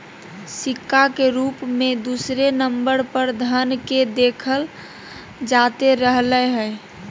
सिक्का के रूप मे दूसरे नम्बर पर धन के देखल जाते रहलय हें